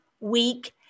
week